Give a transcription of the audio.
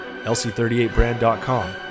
lc38brand.com